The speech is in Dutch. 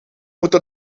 moeten